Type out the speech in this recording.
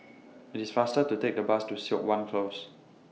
IT IS faster to Take The Bus to Siok Wan Close